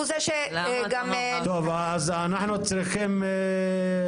מילת הכותרת שלנו היא אחריות ושמירת שליטה על